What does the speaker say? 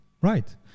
right